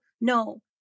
no